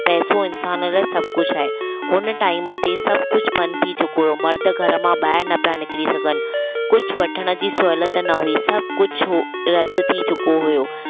पैसो इन्सानु लाइ सभु कुझु आहे हुन टाइम ते सभु कुझु बंदि थी चुको हो मर्द घरु मां ॿाहिरि न पिया निकिरी सघनि कुझु वठणु जी सहुलियतु न हुई सभु कुझु हो रद्द थी चुको हुयो